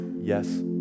yes